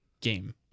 game